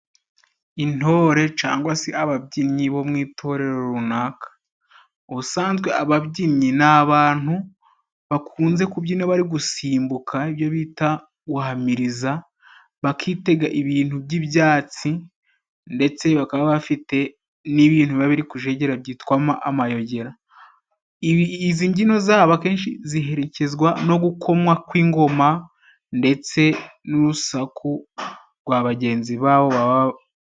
Intore cangwa se ababyinnyi bo mu itorero runaka. Ubusanzwe ababyinnyi ni abantu bakunze kubyina bari gusimbuka ibyo bita guhamiriza, bakitega ibintu by'ibyatsi, ndetse bakaba bafite n'ibintu biba biri kujegera byitwa amayogera. Izi mbyino zabo akenshi ziherekezwa no gukomwa ku ingoma, ndetse n'urusaku rwa bagenzi babo baba bahari.